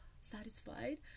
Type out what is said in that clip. satisfied